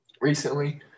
recently